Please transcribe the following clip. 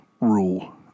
rule